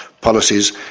policies